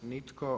Nitko.